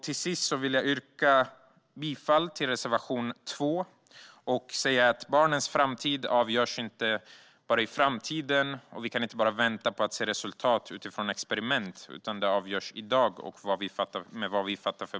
Till sist vill jag yrka bifall till reservation 2. Barnens framtid avgörs inte bara i framtiden. Vi kan inte bara vänta på resultat utifrån experiment. Det avgörs i dag och utifrån de beslut vi fattar.